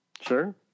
Sure